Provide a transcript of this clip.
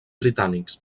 britànics